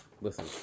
Listen